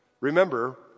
Remember